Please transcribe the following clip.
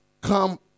come